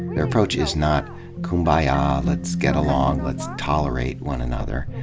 their approach is not kumbaya, ah let's get along, let's tolerate one another.